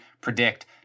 predict